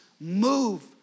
move